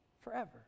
forever